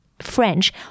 French